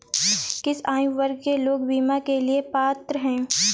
किस आयु वर्ग के लोग बीमा के लिए पात्र हैं?